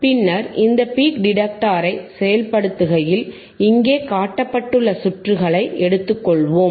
பின்னர் இந்த பீக் டிடெக்டரை செயல்படுத்துகையில் இங்கே காட்டப்பட்டுள்ள சுற்றுகளை எடுத்துக்கொள்வோம்